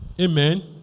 Amen